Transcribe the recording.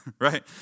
right